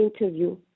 interview